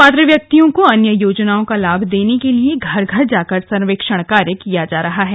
पात्र व्यक्तियों को अन्य योजनाओं का लाभ देने के लिए घर घर जाकर सर्वेक्षण कार्य किया जा रहा है